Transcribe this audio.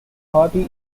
party